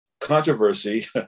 controversy